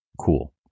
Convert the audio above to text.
Cool